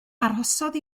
arhosodd